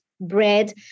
bread